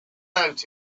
out